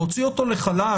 להוציא אותו לחל"ת?